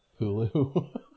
Hulu